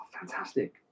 fantastic